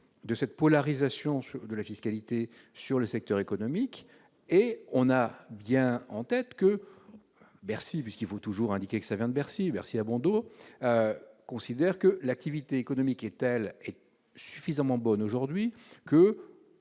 de cette polarisation de la fiscalité sur ce secteur économique, en ayant bien en tête que Bercy -il faut toujours dire que cela vient de Bercy ; Bercy a bon dos -considère que, l'activité économique étant suffisamment bonne aujourd'hui,